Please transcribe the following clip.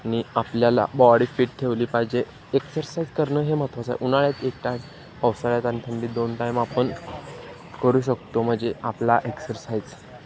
आणि आपल्याला body fit ठेवली पाहिजे एक्सरसाइज करणं हे महत्त्वाचं आहे उन्हाळ्यात एक टायम पावसाळ्यात आणि थंडीत दोन टायम आपण करू शकतो म्हणजे आपला एक्सरसाइज